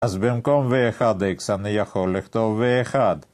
אז במקום V1X אני יכול לכתוב V1